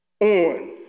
on